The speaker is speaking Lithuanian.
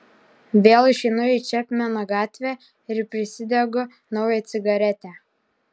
vėl išeinu į čepmeno gatvę ir prisidegu naują cigaretę